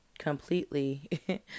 completely